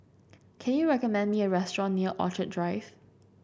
can you recommend me a restaurant near Orchid Drive